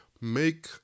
make